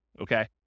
okay